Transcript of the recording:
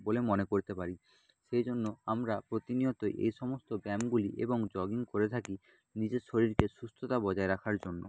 বলে মনে করতে পারি সেই জন্য আমরা প্রতিনিয়তই এই সমস্ত ব্যায়ামগুলি এবং জগিং করে থাকি নিজের শরীরকে সুস্থতা বজায় রাখার জন্য